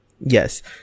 Yes